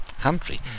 country